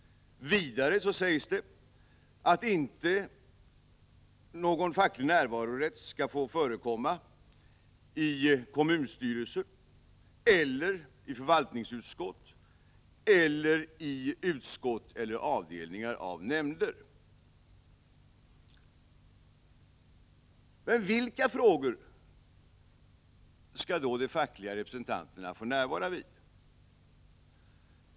Vidare sägs det att inte någon facklig närvarorätt skall få förekomma i kommunstyrelser, i förvaltningsutskott eller i utskott eller avdelningar av nämnder. Men vilka frågor skall då de fackliga representanterna få närvara vid?